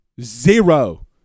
Zero